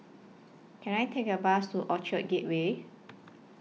Can I Take A Bus to Orchard Gateway